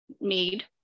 Need